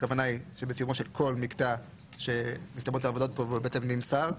שבסיומו של כל מקטע שמסתיימות העבודות והוא נמסר,